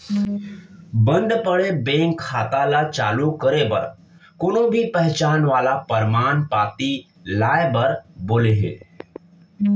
बंद पड़े बेंक खाता ल चालू करे बर कोनो भी पहचान वाला परमान पाती लाए बर बोले हे